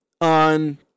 on